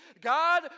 God